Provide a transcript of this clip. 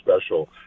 special